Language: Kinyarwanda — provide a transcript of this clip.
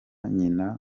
nyina